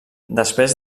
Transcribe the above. després